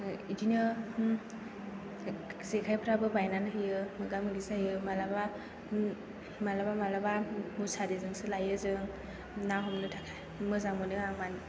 बिदिनो जेखायफोराबो बायनानै होयो मोगा मोगि जायो माब्लाबा माब्लाबा माब्लाबा मुसारिजोंसो लायो जों ना हमनो थाखाय मोजां मोनो आं माने